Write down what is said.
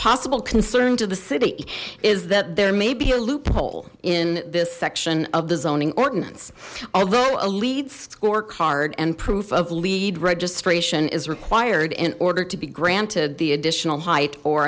possible concern to the city is that there may be a loophole in this section of the zoning ordinance although a leed scorecard and proof of leed registration is required in order to be granted the additional height or